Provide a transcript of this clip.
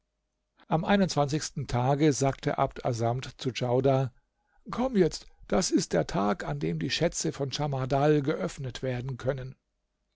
am einundzwanzigsten tage sagte abd assamd zu djaudar komm jetzt das ist der tag an dem die schätze von schamardal geöffnet werden können